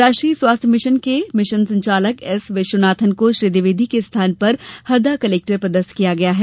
राष्ट्रीय स्वास्थ्य मिशन के मिशन संचालक एस विश्वनाथन को श्री द्विवेदी के स्थान पर हरदा कलेक्टर पदस्थ किया गया है